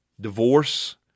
divorce